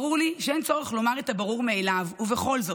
ברור לי שאין צורך לומר את הברור מאליו, ובכל זאת,